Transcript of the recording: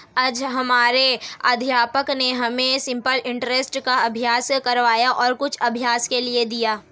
आज हमारे अध्यापक ने हमें सिंपल इंटरेस्ट का अभ्यास करवाया और कुछ अभ्यास के लिए दिया